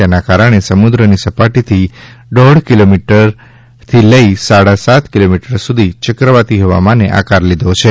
તેના કારણે સમુદ્રની સપાટીથી દોઢ કિલોમીટરથી લઈ સાડા સાત કિલોમીટર સુધી ચક્રવાતી હવામાને આકાર લીધો છે